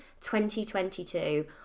2022